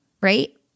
right